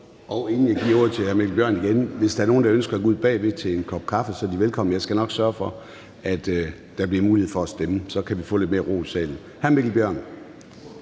Inden jeg giver ordet til hr. Mikkel Bjørn igen, vil jeg sige, at hvis der er nogle, der ønsker at gå ud bagved til en kop kaffe, er de velkomne. Jeg skal nok sørge for, at der bliver mulighed for at stemme. Så kan vi få lidt mere ro i salen.